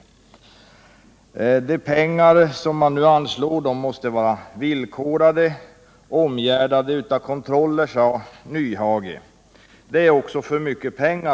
Hans Nyhage sade att de pengar som nu anslås måste vara villkorade och omgärdade med kontroller. Han tyckte också att det var fråga om för mycket pengar.